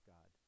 God